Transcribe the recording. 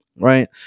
right